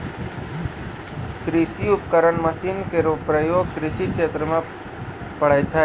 कृषि उपकरण मसीन केरो प्रयोग कृषि क्षेत्र म पड़ै छै